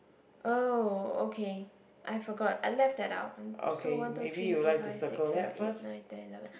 oh okay I forgot I left that out one so one two three four five six seven eight nine ten eleven